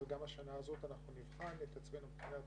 אבל גם השנה הזאת אנחנו נבחן את עצמנו מבחינת